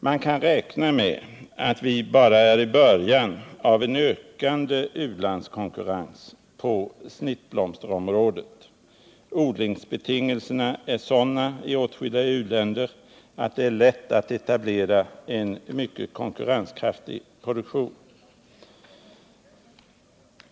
Man kan räkna med att vi bara är i början av en ökande u-landskonkurrens på snittblomsterområdet. Odlingsbetingelserna är sådana i åtskilliga u-länder att det är lätt att etablera en mycket konkurrenskraftig produktion.